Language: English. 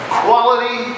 quality